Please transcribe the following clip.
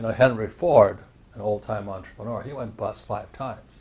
ah henry ford, an old-time entrepreneur, he went bust five times.